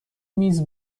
میز